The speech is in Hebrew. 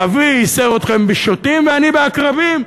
אבי ייסר אתכם בשוטים, ואני, בעקרבים.